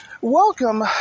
Welcome